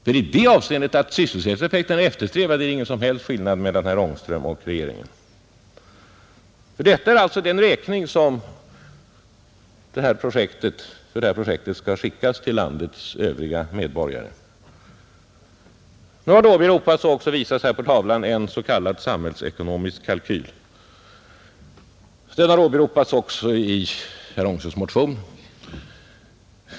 Och i det avseendet att sysselsättningseffekten är eftersträvad är det ingen som helst skillnad mellan herr Ångström och regeringen, Detta är alltså den räkning som för det här projektet skall skickas till landets övriga medborgare, Nu har det åberopats och också visats här på TV-skärmen en s.k. samhällsekonomisk kalkyl — den åberopas också i herr Ångströms motion.